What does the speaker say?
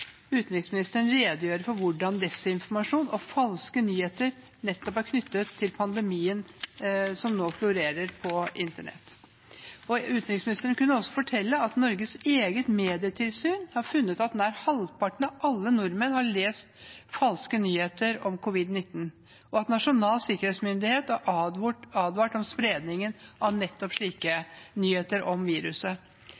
utenriksministeren redegjøre for hvordan desinformasjon og falske nyheter knyttet til pandemien nå florerer på internett. Utenriksministeren kunne også fortelle at Norges eget medietilsyn har funnet at nær halvparten av alle nordmenn har lest falske nyheter om covid-19, og at Nasjonal sikkerhetsmyndighet har advart om spredningen av nettopp slike